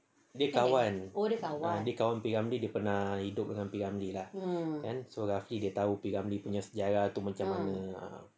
dia kawan ah P ramlee dia kawan P ramlee dia pernah hidup dengan P ramlee lah so roughly dia tahu P ramlee punya sejarah tu macam mana